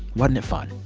wasn't it fun?